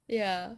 ya